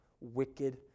wicked